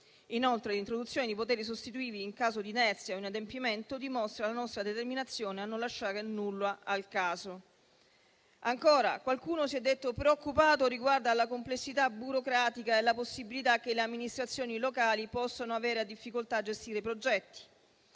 Inoltre, l'introduzione di poteri sostitutivi in caso di inerzia o inadempimento dimostra la nostra determinazione a non lasciare nulla al caso. Qualcuno si è detto preoccupato riguardo alla complessità burocratica e alla possibilità che le amministrazioni locali possono avere difficoltà a gestire i progetti.